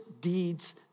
deeds